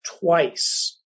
twice